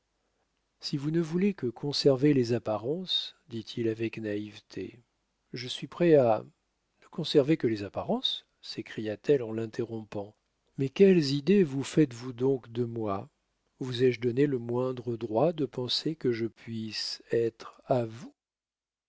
si vous ne voulez que conserver les apparences dit-il avec naïveté je suis prêt à ne conserver que les apparences s'écria-t-elle en l'interrompant mais quelles idées vous faites-vous donc de moi vous ai-je donné le moindre droit de penser que je puisse être à vous